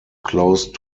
closed